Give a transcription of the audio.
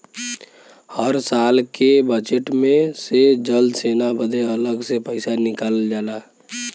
हर साल के बजेट मे से जल सेना बदे अलग से पइसा निकालल जाला